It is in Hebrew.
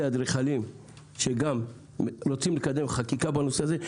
אדריכלים שרוצים לקדם חקיקה בנושא הזה,